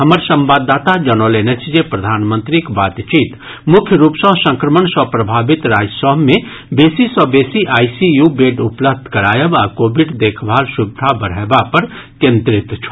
हमर संवाददाता जनौलनि अछि जे प्रधानमंत्रीक बातचीत मुख्य रूप सँ संक्रमण सँ प्रभावित राज्य सभ मे बेसी सँ बेसी आईसीयू बेड उपलब्ध करायब आ कोविड देखभाल सुविधा बढ़यबा पर केन्द्रित छल